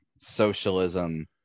socialism